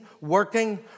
working